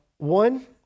One